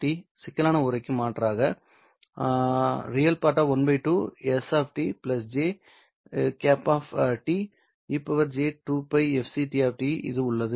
ŝ சிக்கலான உறைக்கு மாற்றாக Re ½ s jŝ e j2πfct இது உள்ளது